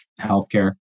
healthcare